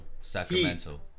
Sacramento